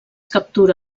captura